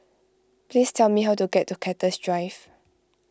please tell me how to get to Cactus Drive